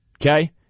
okay